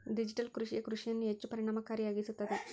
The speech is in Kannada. ಡಿಜಿಟಲ್ ಕೃಷಿಯೇ ಕೃಷಿಯನ್ನು ಹೆಚ್ಚು ಪರಿಣಾಮಕಾರಿಯಾಗಿಸುತ್ತದೆ